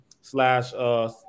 slash